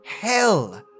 HELL